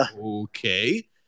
okay